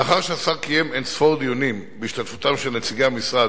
לאחר שהשר קיים אין-ספור דיונים בהשתתפותם של נציגי המשרד,